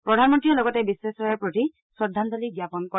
প্ৰধানমন্ত্ৰীয়ে লগতে বিশ্বেশ্বৰাইয়াৰ প্ৰতি শ্ৰদ্ধাঞ্জলি জাপন কৰে